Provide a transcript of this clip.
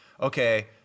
okay